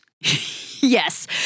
Yes